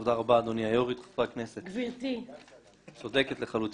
תודה רבה, גברתי היושבת-ראש